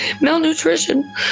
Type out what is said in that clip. malnutrition